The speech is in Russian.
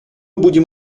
будем